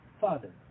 Father